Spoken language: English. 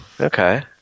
okay